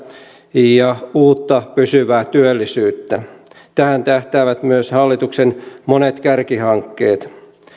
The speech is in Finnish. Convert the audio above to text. ja uutta pysyvää työllisyyttä tähän tähtäävät myös hallituksen monet kärkihankkeet